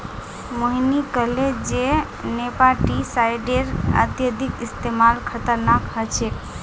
मोहिनी कहले जे नेमाटीसाइडेर अत्यधिक इस्तमाल खतरनाक ह छेक